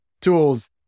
tools